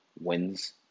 wins